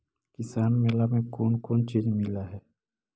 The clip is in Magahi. किसान मेला मे कोन कोन चिज मिलै है?